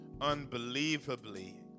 unbelievably